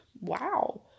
wow